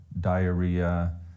diarrhea